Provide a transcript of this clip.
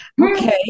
Okay